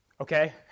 Okay